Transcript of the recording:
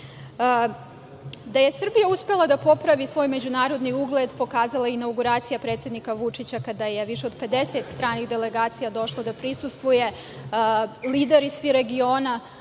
Da je Srbija uspela da popravi svoj međunarodni ugled pokazala je inauguracija predsednika Vučića, kada je više od 50 stranih delegacija došlo da prisustvuje. Svi lideri regiona,